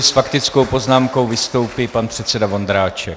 S faktickou poznámkou vystoupí pan předseda Vondráček.